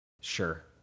Sure